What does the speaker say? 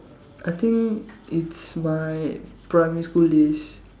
I think it's my primary school days